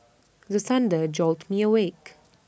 the thunder jolt me awake